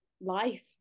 life